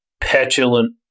petulant